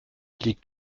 liegt